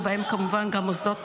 ובהם כמובן גם מוסדות קהילתיים: